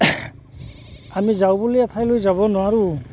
আমি যাওঁ বুলিলে এঠাইলৈ যাব নোৱাৰোঁ